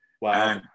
Wow